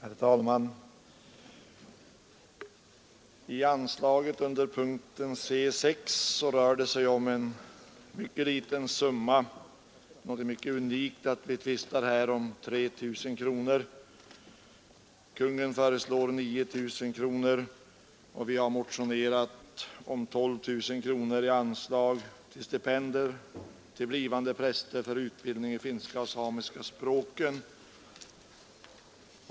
Herr talman! Anslaget under punkten C 6 i propositionen gäller en mycket liten summa. Det är unikt att vi här tvistar om 3 000 kronor. Kungl. Maj:t föreslår 9 000 kronor, och vi har motionerat om 12 000 kronor till stipendier till blivande präster för utbildning i finska och samiska språken.